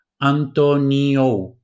Antonio